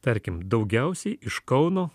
tarkim daugiausiai iš kauno